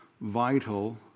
vital